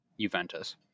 Juventus